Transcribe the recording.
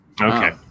Okay